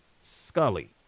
Scully